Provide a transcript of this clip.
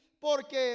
porque